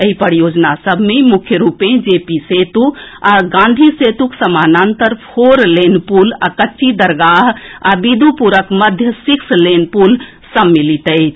एहि परियोजना सभ मे मुख्य रूप सँ जेपी सेतु आ गांधी सेतुक समानांतर फोर लेन पुल आ कच्ची दरगाह आ बिदुपुरक मध्य सिक्स लेन पुल सम्मिलित अछि